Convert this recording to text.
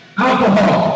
Alcohol